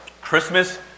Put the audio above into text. Christmas